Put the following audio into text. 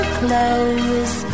close